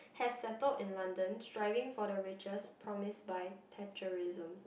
has settled in London striving for the riches promise by Thatcherism